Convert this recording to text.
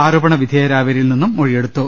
ആരോപണവിധേയ രായവരിൽ നിന്നും മൊഴിയെടുത്തു